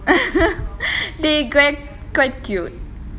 dey quite quite cute